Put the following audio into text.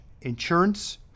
insurance